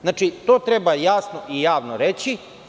Znači, to treba jasno i javno reći.